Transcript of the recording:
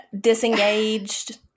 disengaged